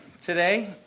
today